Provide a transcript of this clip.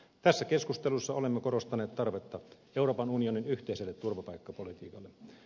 tässä keskustelussa olemme korostaneet tarvetta euroopan unionin yhteiselle turvapaikkapolitiikalle